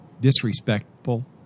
disrespectful